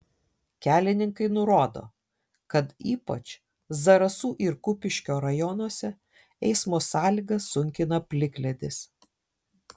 kelininkai nurodo kad ypač zarasų ir kupiškio rajonuose eismo sąlygas sunkina plikledis